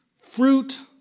fruit